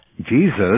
Jesus